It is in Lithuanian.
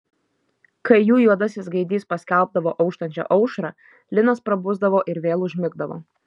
kai jų juodasis gaidys paskelbdavo auštančią aušrą linas prabusdavo ir vėl užmigdavo